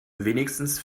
wenigstens